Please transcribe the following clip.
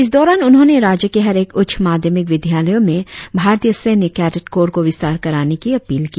इस दौरान उन्होंने राज्य के हरेक उच्च माध्यमिक विद्यालयों में भारतीय सैन्य कैडेट कोर को विस्तार कराने की अपील की